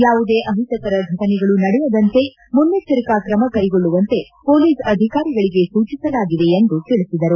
ಯಾವುದೇ ಅಹಿತಕರ ಫಟನೆಗಳು ನಡೆಯದಂತೆ ಮನ್ನೆಚ್ಚರಿಕಾ ಕ್ರಮ ಕೈಗೊಳ್ಳುವಂತೆ ಪೊಲೀಸ್ ಅಧಿಕಾರಿಗಳಿಗೆ ಸೂಚಿಸಲಾಗಿದೆ ಎಂದು ತಿಳಿಸಿದರು